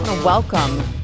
Welcome